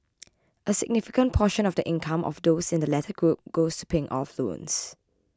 a significant portion of the income of those in the latter group goes to paying off loans